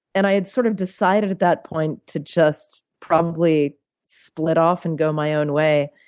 and i had sort of decided at that point to just probably split off and go my own way.